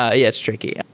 yeah yes, tricky.